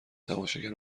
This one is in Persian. تماشاگر